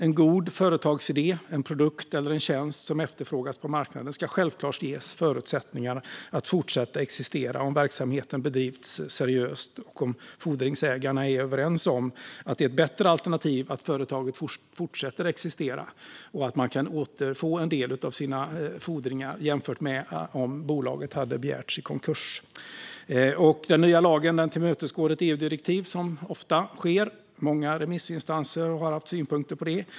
En god företagsidé, en produkt eller en tjänst som efterfrågas på marknaden ska självklart ges förutsättningar att fortsätta existera om verksamheten bedrivs seriöst och om fordringsägarna är överens om att det är ett bättre alternativ att företaget fortsätter att existera och att man kan återfå en del av sina fordringar, jämfört med om bolaget hade begärts i konkurs. Den nya lagen tillmötesgår ett EU-direktiv, som ofta sker. Många remissinstanser har haft synpunkter på detta.